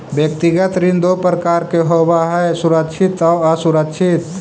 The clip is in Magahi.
व्यक्तिगत ऋण दो प्रकार के होवऽ हइ सुरक्षित आउ असुरक्षित